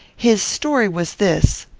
his story was this.